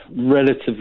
relatively